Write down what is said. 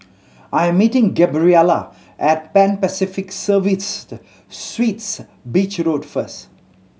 I am meeting Gabriela at Pan Pacific Serviced Suites Beach Road first